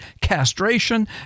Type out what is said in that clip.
castration